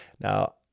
Now